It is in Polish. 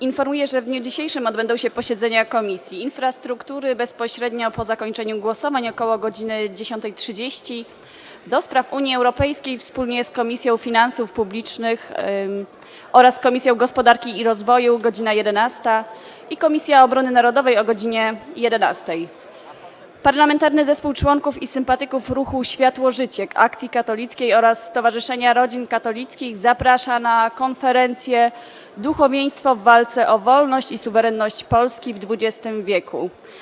Informuję, że w dniu dzisiejszym odbędą się posiedzenia Komisji: - Infrastruktury - bezpośrednio po zakończeniu głosowań, ok. godz. 10.30, - do Spraw Unii Europejskiej wspólnie z Komisją Finansów Publicznych oraz Komisją Gospodarki i Rozwoju - godz. 11, - Obrony Narodowej - godz. 11. Parlamentarny Zespół Członków i Sympatyków Ruchu Światło-Życie, Akcji Katolickiej oraz Stowarzyszenia Rodzin Katolickich zaprasza na konferencję „Duchowieństwo w walce o wolność i suwerenność Polski w XX wieku”